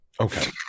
Okay